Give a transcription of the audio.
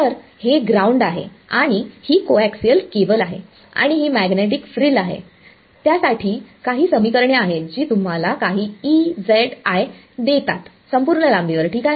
तर हे ग्राउंड आहे आणि ही कोएक्सिअल केबल आहे आणि ही मॅग्नेटिक फ्रिल आहे त्यासाठी काही समीकरणे आहेत जी तुम्हाला काही देतात संपूर्ण लांबीवर ठीक आहे